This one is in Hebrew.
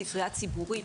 ספרייה ציבורית,